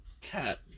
cat